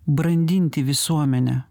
brandinti visuomenę